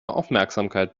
aufmerksamkeit